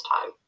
time